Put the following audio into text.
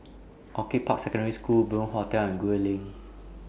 Orchid Park Secondary School Bunc Hostel and Gul Lane